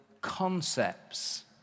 concepts